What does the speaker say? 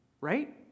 right